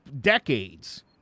decades